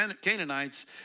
Canaanites